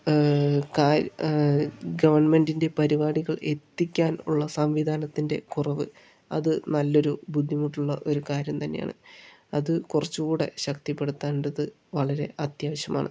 ഗവണ്മെന്റിൻ്റെ പരിപാടികൾ എത്തിക്കാൻ ഉള്ള സംവിധാനത്തിൻ്റെ കുറവ് അത് നല്ലൊരു ബുദ്ധിമുട്ടുള്ള ഒരു കാര്യം തന്നെയാണ് അത് കുറച്ചു കൂടി ശക്തിപ്പെടുത്തേണ്ടത് വളരെ അത്യാവശ്യമാണ്